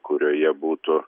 kurioje būtų